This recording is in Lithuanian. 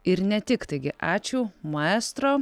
ir ne tik taigi ačiū maestro